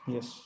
Yes